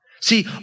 See